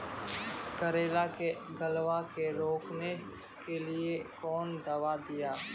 करेला के गलवा के रोकने के लिए ली कौन दवा दिया?